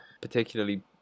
particularly